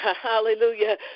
hallelujah